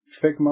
Figma